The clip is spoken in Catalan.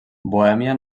bohèmia